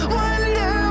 wonder